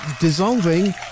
dissolving